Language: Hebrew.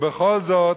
בכל זאת,